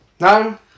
No